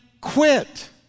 quit